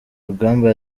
rugamba